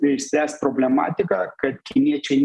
išspręst problematiką kad kiniečiai